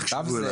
תקשיבו אליי.